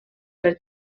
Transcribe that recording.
per